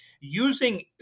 using